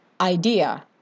idea